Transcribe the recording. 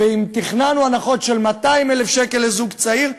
ואם תכננו הנחות של 200,000 שקל לזוג צעיר,